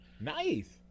nice